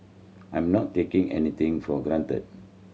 I'm not taking anything for granted